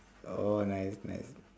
oh nice nice